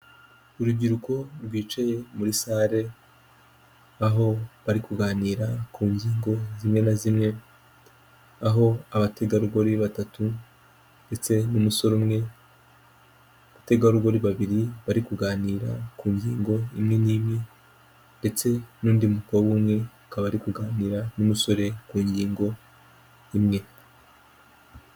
Urubyiruko rwicaye muri sale aho bari kuganira ku nyigo zimwe na zimwe, aho abategarugori batatu ndetse n'umusore umwe, abategarugori babiri bari kuganira ku ngingo imwe n'imwe ndetse n'undi mukobwa umwe akaba ari kuganira n'umusore ku ngingo imwe.